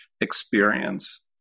experience